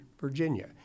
Virginia